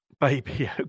Baby